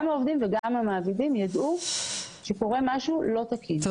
העובדים וגם המעבידים יידעו שקורה משהו לא תקין,